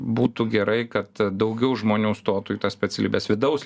būtų gerai kad daugiau žmonių stotų į tas specialybes vidaus